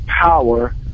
power